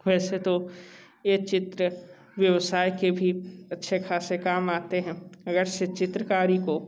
वैसे तो ये चित्र व्यवसाय के भी अच्छे ख़ासे काम आते हैं अगरचे चित्रकारी को